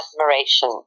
admiration